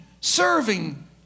serving